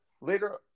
later